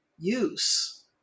use